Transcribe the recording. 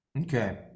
Okay